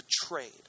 betrayed